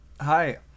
Hi